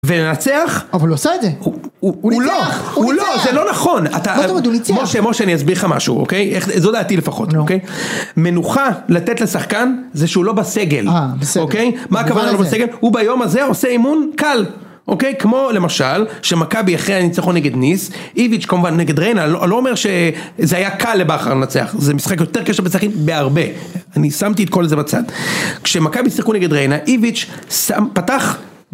ולנצח. אבל הוא עשה את זה הוא לא, הוא ניצח, זה לא נכון אתה אמרת משה משה אני אסביר לך משהו אוקיי איך זה זו דעתי לפחות. מנוחה לתת לשחקן זה שהוא לא בסגל אוקיי מה הכוונה הוא לא בסגל הוא ביום הזה עושה אימון קל אוקיי כמו למשל שמכבי אחרי הניצחון נגד ניס איביץ' כמובן נגד ריינה לא אומר שזה היה קל לבכר לנצח זה משחק יותר קשה בסכנין בהרבה. אני שמתי את כל זה בצד, כשמכבי שיחקו נגד ריינה איביץ' פתח.